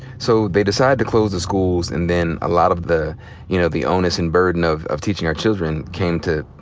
so they decide to close the schools and then a lot of, you know, the onus and burden of of teaching our children came to,